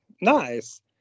Nice